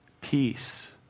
peace